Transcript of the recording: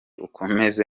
ukomeze